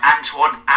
Antoine